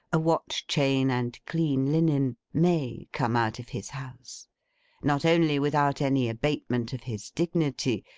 a watch-chain, and clean linen, may come out of his house not only without any abatement of his dignity,